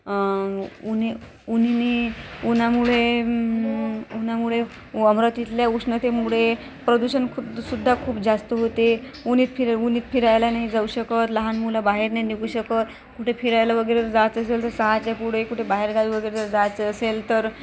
उन्हे उन्हेने उन्हामुळे उन्हामुळे वावरातीतल्या उष्णतेमुळे प्रदूषण खूप सुद्धा खूप जास्त होते उन्हात फिर् उन्हात फिरायला नाही जाऊ शकत लहान मुलं बाहेर नाही निघू शकत कुठे फिरायला वगैरे जात असेल तर सहाच्या पुढे कुठं बाहेरगावी वगैरे जायचं असेल तर